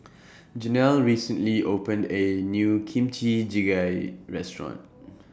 Janel recently opened A New Kimchi Jjigae Restaurant